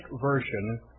version